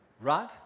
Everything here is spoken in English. right